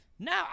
Now